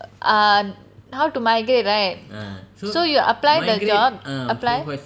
ah how to migrate right so you apply the job apply